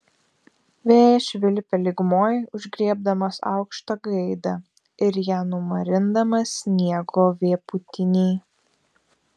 vėjas švilpia lygumoj užgriebdamas aukštą gaidą ir ją numarindamas sniego vėpūtiny